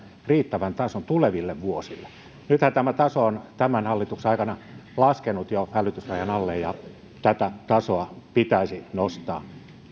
riittävän tason tuleville vuosille nythän tämä taso on tämän hallituksen aikana laskenut jo hälytysrajan alle ja tätä tasoa pitäisi nostaa